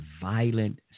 violent